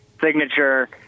signature